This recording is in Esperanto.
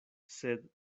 sed